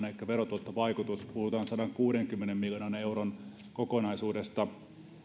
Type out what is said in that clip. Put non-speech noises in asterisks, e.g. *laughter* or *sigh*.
*unintelligible* elikkä verotuottovaikutus tällä on puhutaan sadankuudenkymmenen miljoonan euron kokonaisuudesta